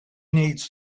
needs